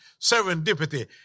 Serendipity